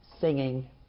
singing